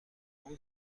اون